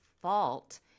fault